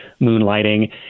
moonlighting